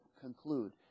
conclude